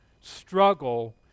struggle